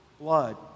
blood